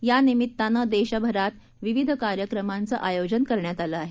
या निमित्तानं देशभरात विविध कार्यक्रमांचं आयोजन करण्यात आलं आहे